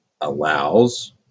allows